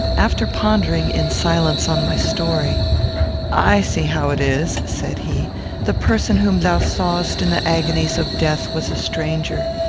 after pondering, in silence, on my story i see how it is, said he the person whom thou sawest in the agonies of death was a stranger.